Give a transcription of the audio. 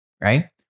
right